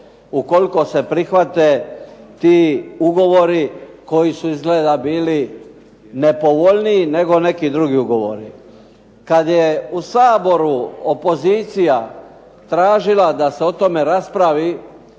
ukoliko se prihvate ti ugovori koji su izgleda bili nepovoljniji nego neki drugi ugovori. Kada je u Saboru opozicija tražila da se o tome raspravi